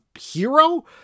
hero